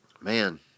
Man